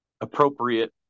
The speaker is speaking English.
appropriate